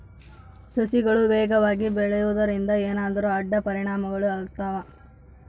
ಸಸಿಗಳು ವೇಗವಾಗಿ ಬೆಳೆಯುವದರಿಂದ ಏನಾದರೂ ಅಡ್ಡ ಪರಿಣಾಮಗಳು ಆಗ್ತವಾ?